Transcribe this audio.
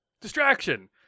Distraction